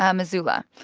um missoula.